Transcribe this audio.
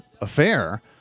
affair